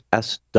SW